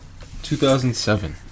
2007